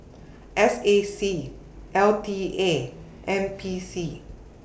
S A C L T A N P C